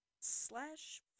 slash